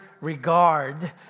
regard